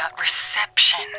reception